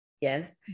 Yes